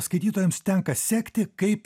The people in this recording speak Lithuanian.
skaitytojams tenka sekti kaip